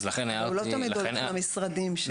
הוא גם לא תמיד --- את המשרדים שלו.